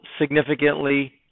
significantly